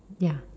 ya